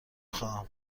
خواهم